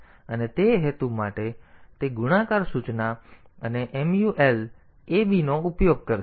અને તે હેતુ માટે તે ગુણાકાર સૂચના અને mul ab નો ઉપયોગ કરશે